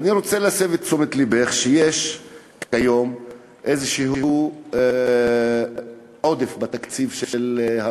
ואני רוצה להסב את תשומת לבך לכך שיש כיום איזשהו עודף בתקציב המדינה,